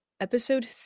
Episode